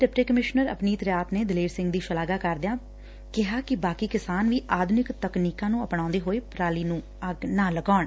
deputy commissioner Apneet Riyat ਨੇ ਦਲੇਰ ਸਿੰਘ ਦੀ ਸ਼ਲਾਘਾ ਕਰਦਿਆਂ ਕਿਹਾ ਕਿ ਬਾਕੀ ਕਿਸਾਨ ਵੀ ਆਧੁਨਿਕ ਤਕਨੀਕਾਂ ਨੂੰ ਅਪਣਾਉਂਦੇ ਹੋਏ ਪਰਾਲੀ ਨਾ ਜਲਾਉਣ